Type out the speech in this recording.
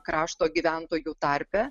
krašto gyventojų tarpe